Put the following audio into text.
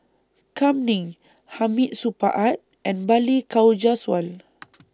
Kam Ning Hamid Supaat and Balli Kaur Jaswal